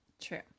True